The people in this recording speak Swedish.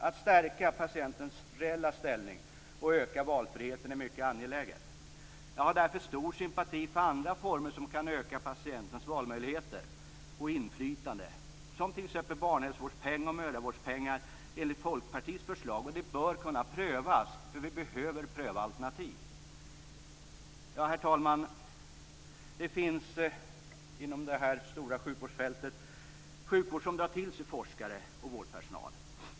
Att stärka patientens reella ställning och öka valfriheten är mycket angeläget. Jag har därför stor sympati för andra former som kan öka patientens valmöjligheter och inflytande. Det gäller t.ex. barnhälsovårdspeng och mödravårdspeng enligt Folkpartiets förslag. Detta bör kunna prövas, och vi behöver pröva alternativ. Herr talman! Inom det stora sjukvårdsfältet finns det sjukvård som drar till sig forskare och vårdpersonal.